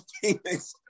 Phoenix